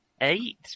eight